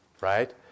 right